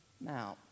Now